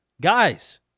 guys